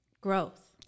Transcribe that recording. growth